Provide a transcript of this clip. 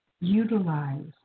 Utilize